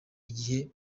igihe